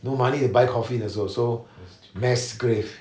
no money to buy coffin also so mass grave